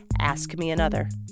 askmeanother